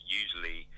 usually